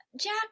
Jack